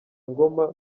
ngoma